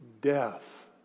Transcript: death